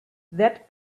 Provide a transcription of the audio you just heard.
that